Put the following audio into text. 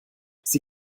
sie